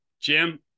Jim